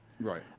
Right